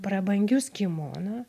prabangius kimono